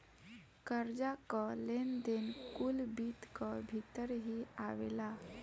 कर्जा कअ लेन देन कुल वित्त कअ भितर ही आवेला